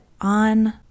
on